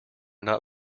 not